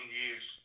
years